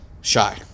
shy